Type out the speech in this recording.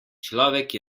človek